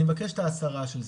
אני מבקש את ההסרה של זה.